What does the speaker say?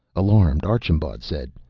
alarmed, archambaud said,